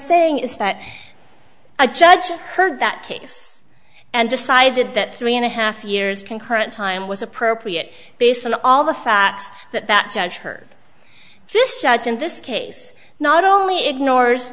saying is that a judge heard that case and decided that three and a half years concurrent time was appropriate based on all the facts that that judge her this judge in this case not only ignores